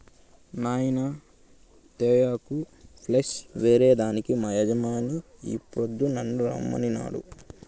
నాయినా తేయాకు ప్లస్ ఏరే దానికి మా యజమాని ఈ పొద్దు నన్ను రమ్మనినాడు